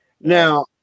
Now